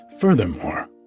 Furthermore